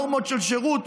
נורמות של שירות,